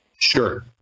Sure